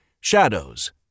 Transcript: Shadows